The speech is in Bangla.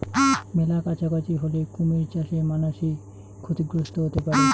মেলা কাছাকাছি হলে কুমির চাষে মানাসি ক্ষতিগ্রস্ত হতে পারে